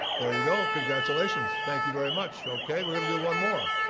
there you go, congratulations, thank you very much. okay, we're gonna do one more.